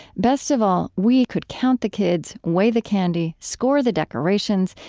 best of all, we could count the kids, weigh the candy, score the decorations,